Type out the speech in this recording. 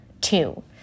Two